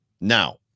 Now